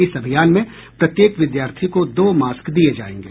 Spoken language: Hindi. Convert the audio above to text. इस अभियान में प्रत्येक विद्यार्थी को दो मास्क दिए जाएंगे